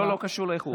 לא, לא קשור לאיחור.